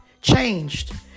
Changed